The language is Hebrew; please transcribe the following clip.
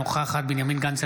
אינה נוכחת בנימין גנץ,